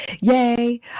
Yay